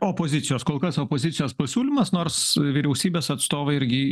opozicijos kol kas opozicijos pasiūlymas nors vyriausybės atstovai irgi